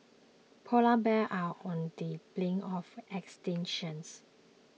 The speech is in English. Polar Bears are on the brink of extinctions